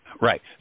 Right